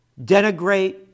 denigrate